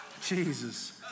Jesus